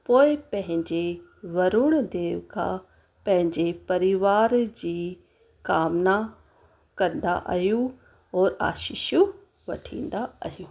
पोइ पंहिंजे वरुण देव खां पंहिंजे परिवार जी कामना कंदा आहियूं और आसीसूं वठंदा आहियूं